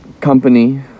company